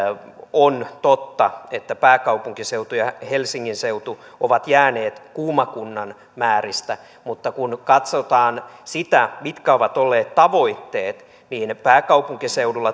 on totta että pääkaupunkiseutu ja helsingin seutu ovat jääneet kuuma kuntien määristä mutta kun katsotaan sitä mitkä ovat olleet tavoitteet niin pääkaupunkiseudulla